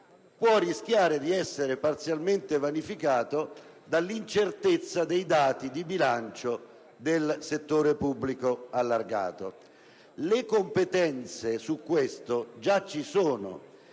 spesa corrente sia parzialmente vanificato dall'incertezza dei dati di bilancio del settore pubblico allargato. Le competenze su questa materia già ci sono;